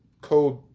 code